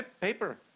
paper